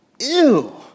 Ew